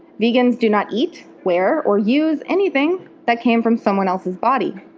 vegans do not eat, wear, or use anything that came from someone else's body.